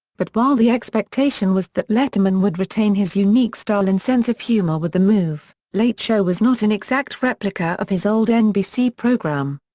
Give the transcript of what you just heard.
but while the expectation was that letterman would retain his unique style and sense of humor with the move, late show was not an exact replica of his old nbc program.